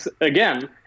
again